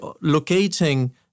locating